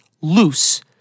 Loose